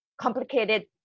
complicated